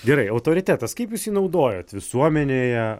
gerai autoritetas kaip jūs jį naudojat visuomenėje